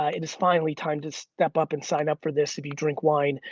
ah it is finally time to step up and sign up for this if you drink wine.